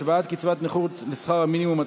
השוואת קצבת נכות לשכר המינימום),